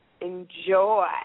enjoy